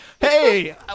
hey